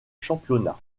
championnat